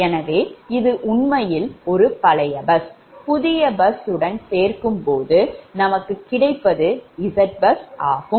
எனவே இது உண்மையில் ஒரு பழைய பஸ் புதிய பஸ் உடன் சேர்க்கும்போது நமக்கு கிடைப்பது Zbus ஆகும்